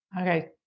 Okay